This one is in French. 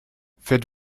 faites